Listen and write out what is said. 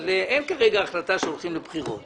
אבל אין כרגע החלטה שהולכים לבחירות